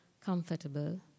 comfortable